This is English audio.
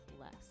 less